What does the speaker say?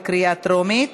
בקריאה טרומית.